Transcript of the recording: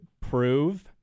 prove